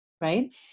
right